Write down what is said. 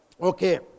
Okay